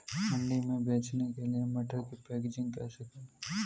मंडी में बेचने के लिए मटर की पैकेजिंग कैसे करें?